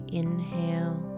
inhale